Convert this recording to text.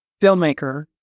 filmmaker